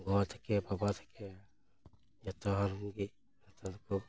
ᱜᱚ ᱛᱷᱮᱠᱮ ᱵᱟᱵᱟ ᱛᱷᱮᱠᱮ ᱡᱚᱛᱚ ᱦᱚᱲ ᱨᱮᱱ ᱜᱮ ᱱᱮᱛᱟᱨ ᱫᱚᱠᱚ